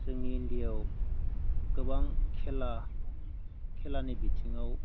जोंनि इन्डियायाव गोबां खेला खेलानि बिथिङाव